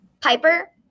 Piper